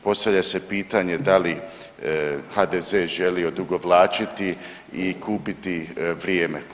Postavlja se pitanje da li HDZ želi odugovlačiti i kupiti vrijeme?